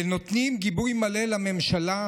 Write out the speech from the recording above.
נותנים גיבוי מלא לממשלה,